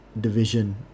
Division